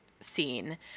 scene